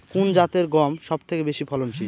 কোন জাতের গম সবথেকে বেশি ফলনশীল?